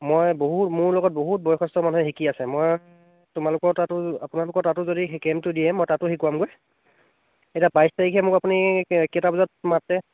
মই বহু মোৰ লগত বহুত বয়সস্থ মানুহে শিকি আছে মই তোমালোকৰ তাতো আপোনালোকৰ তাতো যদি সেই কেম্পটো দিয়ে মই তাতো শিকামগৈ এতিয়া বাইছ তাৰিখে মোক আপুনি কে কেইটা বজাত মাতে